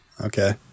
okay